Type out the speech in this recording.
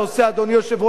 אדוני יושב-ראש הישיבה,